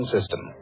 System